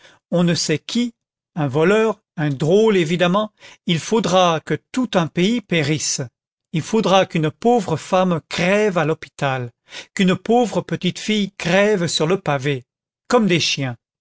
on ne sait qui un voleur un drôle évidemment il faudra que tout un pays périsse il faudra qu'une pauvre femme crève à l'hôpital qu'une pauvre petite fille crève sur le pavé comme des chiens